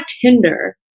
Tinder